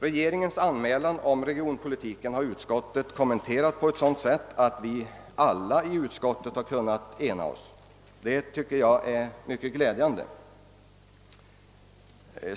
Regeringens anmälan om regionalpolitiken har utskottet kommenterat på ett sådant sätt att vi alla i utskottet kunnat enas. Jag tycker att detta är mycket glädjande.